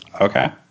Okay